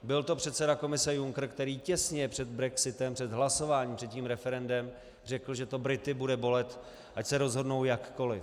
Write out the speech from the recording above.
Byl to předseda Komise Juncker, který těsně před brexitem, před hlasováním, před tím referendem, řekl, že to Brity bude bolet, ať se rozhodnou jakkoli.